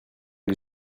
que